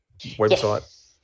website